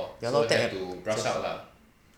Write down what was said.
ya lor s~